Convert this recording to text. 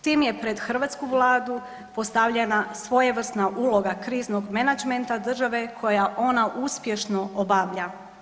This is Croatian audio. Tim je pred hrvatsku Vladu postavljena svojevrsna uloga kriznog menadžmenta države koja ona uspješno obavlja.